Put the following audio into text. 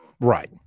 Right